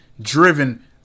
driven